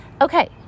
Okay